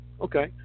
Okay